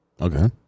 Okay